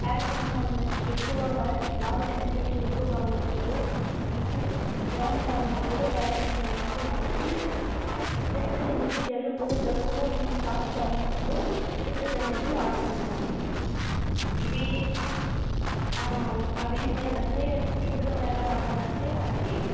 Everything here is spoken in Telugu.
పారాసిటమాల్ ఉండి వచ్చి ఎక్కువ బాడీ టెంపరేచర్ ఎక్కువగా ఉన్నప్పుడు మనకి జ్వరంగా ఉన్నప్పుడు పారాసిటమాల్ అనేది వాడుతాము సెటైరిజిన్ వచ్చి జలుబు దగ్గు కొంచెం కాఫ్గా ఉన్నపుడు సెటైరిజిన్ అనేది వాడతాము మేడమ్ ఇవి అవేమి చేయాలి అంటే ఎప్పుడు ఎలా వాడాలి అంటే వాటిని